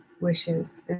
wishes